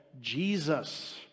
Jesus